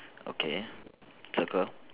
okay circle